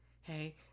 hey